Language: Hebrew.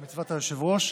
כמצוות היושב-ראש.